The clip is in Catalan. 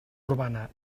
urbana